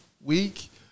week